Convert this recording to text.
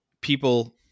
people